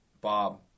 Bob